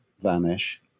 vanish